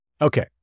Okay